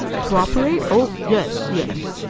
to operate? oh, yes, yes.